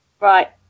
Right